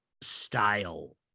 style